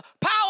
power